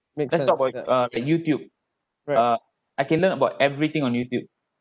let's talk about uh youtube uh I can learn about everything on youtube